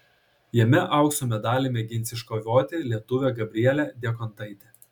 jame aukso medalį mėgins iškovoti lietuvė gabrielė diekontaitė